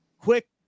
quick